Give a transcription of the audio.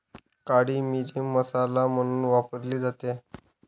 काळी मिरी मसाला म्हणून वापरली जाते